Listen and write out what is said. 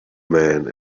men